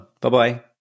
Bye-bye